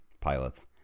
pilots